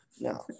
No